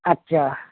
আচ্ছা